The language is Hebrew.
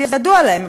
זה ידוע להם,